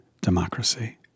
democracy